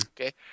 Okay